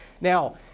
Now